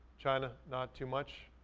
china, not too much.